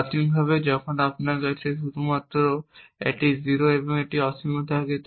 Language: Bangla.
প্রাথমিকভাবে যখন আমার কাছে শুধুমাত্র একটি 0 এবং একটি অসীম থাকে